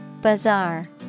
Bazaar